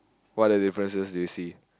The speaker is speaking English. what other differences do you see